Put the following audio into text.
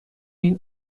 این